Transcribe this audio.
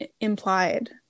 implied